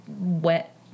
wet